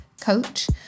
coach